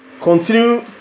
Continue